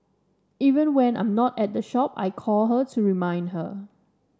even when I'm not at the shop I call her to remind her